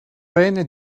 rene